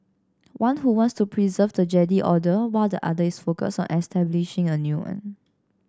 one who wants to preserve the Jedi Order while the other is focused on establishing a new one